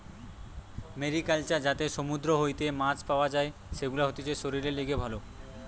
mariculture যাতে সমুদ্র হইতে মাছ পাওয়া যাই, সেগুলা হতিছে শরীরের লিগে ভালো